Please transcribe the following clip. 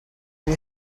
you